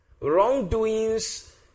wrongdoings